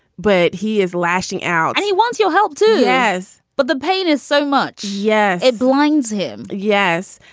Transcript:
but he is lashing out and he wants your help, too. yes. but the pain is so much. yeah, it blinds him yes.